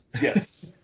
Yes